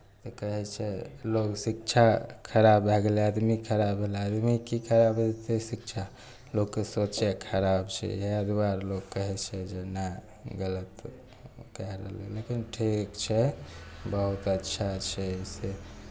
तऽ कहै छै लोग शिक्षा खराब भए गेलै आदमी खराब भेलै आदमी की खराब हेतै शिक्षा लोकके सोचे खराब छै इएह दुआरे लोग कहै छै जे नहि गलत लेकिन ठीक छै बहुत अच्छा छै से